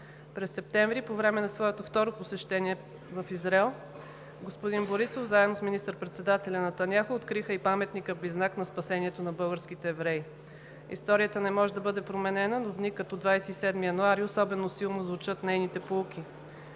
През септември, по време на своето второ посещение в Израел, господин Борисов, заедно с министър-председателя Нетаняху, откриха и паметника близнак на спасението на българските евреи. Историята не може да бъде променена, но в дни като 27 януари особено силно звучат нейните поуки.